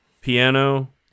piano